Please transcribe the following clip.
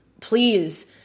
please